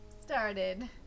started